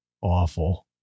Awful